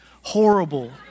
horrible